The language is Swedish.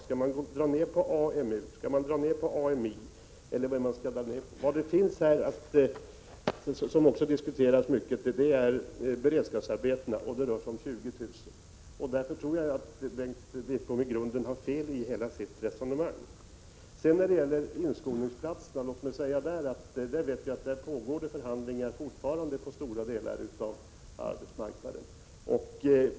Skall man minska antalet lönebidragsanställda, skall man dra ned på AMU eller AMI? Beredskapsarbetena, som också har diskuterats mycket, uppgår till ca 20 000. Jag tror att Bengt Wittbom i grunden har fel i hela sitt resonemang. Jag vet att det fortfarande pågår förhandlingar om inskolningsplatserna på stora delar av arbetsmarknaden.